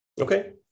Okay